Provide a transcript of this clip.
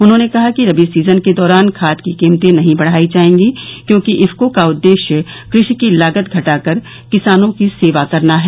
उन्होंने कहा कि रबी सीजन के दौरान खाद की कीमतें नहीं बढ़ाई जाएंगी क्योंकि इफको का उद्देश्य कृषि की लागत घटाकर किसानों की सेवा करना है